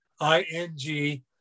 I-N-G